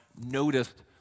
noticed